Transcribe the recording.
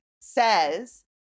says